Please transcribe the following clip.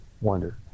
wonder